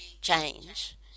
change